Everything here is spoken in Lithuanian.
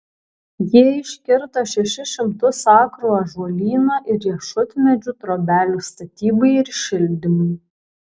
jie iškirto šešis šimtus akrų ąžuolyno ir riešutmedžių trobelių statybai ir šildymui